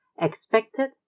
expected